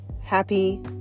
happy